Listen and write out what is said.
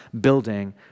building